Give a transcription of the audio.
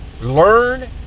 Learn